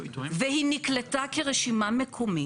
והיא נקלטה כרשימה מקומית